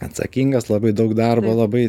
atsakingas labai daug darbo labai